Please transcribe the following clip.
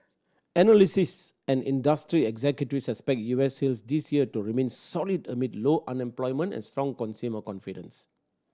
analysts and industry executives expect U S sales this year to remain solid amid low unemployment and strong consumer confidence